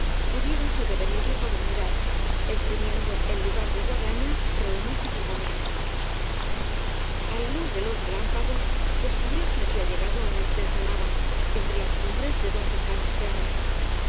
pudiera sobre venirle por la humedad esgrimiendo en lugar de guadaña reumas y pulmonías á la luz de los relámpagos descubrió que había llegado á una extensa nava entre las cumbres de dos cercanos cerros